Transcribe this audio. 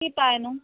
কি পায়নো